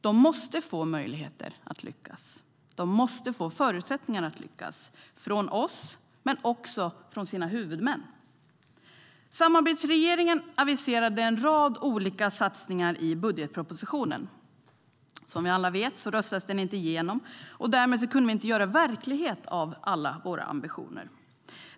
De måste få möjligheter och förutsättningar att lyckas från oss men också från sina huvudmän. Samarbetsregeringen aviserade en rad olika satsningar i budgetpropositionen. Som vi alla vet röstades den inte igenom, och därmed kunde vi inte göra verklighet av alla våra ambitioner.